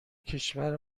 کشور